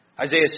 Isaiah